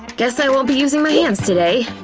guess i won't be using my hands today.